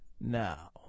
now